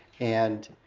and